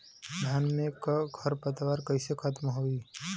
धान में क खर पतवार कईसे खत्म होई?